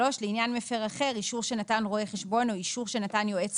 לעניין מפר אחר אישור שנתן רואה חשבון או אישור שנתן יועץ